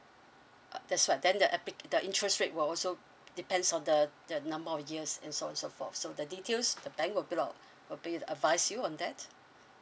uh that's right then the appi~ the interest rate will also depends on the the number of years and so on so forth so the details the bank will be like will be advise you on that